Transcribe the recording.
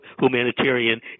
humanitarian